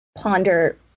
ponder